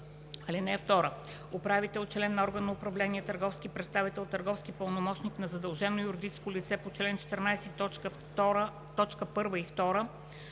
(2) Управител, член на орган на управление, търговски представител, търговски пълномощник на задължено юридическо лице по чл. 14, т.